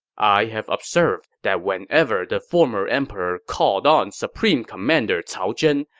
i have observed that whenever the former emperor called on supreme commander cao zhen,